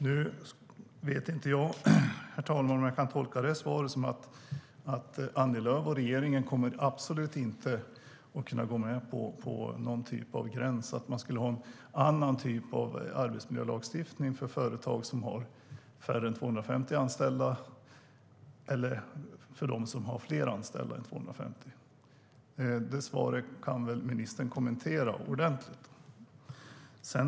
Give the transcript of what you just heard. Nu vet jag inte om jag ska tolka näringsministerns svar som att Annie Lööf och regeringen absolut inte kommer att gå med på någon typ av gräns, så att man alltså ska ha en annan typ av arbetsmiljölagstiftning för företag som har färre än 250 anställda. Detta kan väl ministern kommentera ordentligt?